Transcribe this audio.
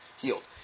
healed